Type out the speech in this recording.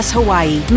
Hawaii